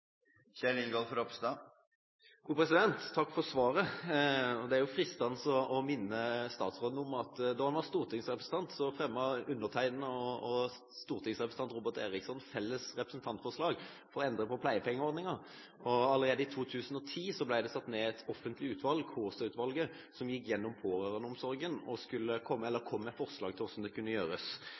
Takk for svaret. Det er fristende å minne statsråden om at da han var stortingsrepresentant, fremmet undertegnede og daværende stortingsrepresentant Robert Eriksson felles representantforslag for å endre på pleiepengeordninga, og allerede i 2010 ble det satt ned et offentlig utvalg, Kaasa-utvalget, som gikk igjennom pårørendeomsorgen og kom med forslag til hvordan det kunne gjøres.